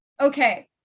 Okay